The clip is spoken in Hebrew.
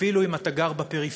אפילו אם אתה גר בפריפריה,